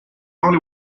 only